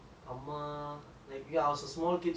and like buy for me this buy for me that